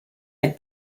had